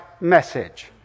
message